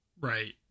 right